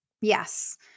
Yes